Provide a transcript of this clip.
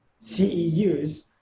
CEUs